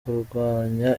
kurwanya